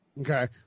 Okay